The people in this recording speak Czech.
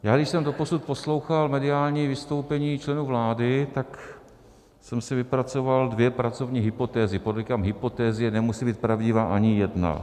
Já když jsem doposud poslouchal mediální vystoupení členů vlády, tak jsem si vypracoval dvě pracovní hypotézy podotýkám hypotézy, nemusí být pravdivá ani jedna.